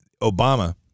Obama